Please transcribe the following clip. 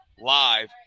live